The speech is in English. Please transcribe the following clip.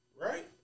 right